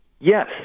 Yes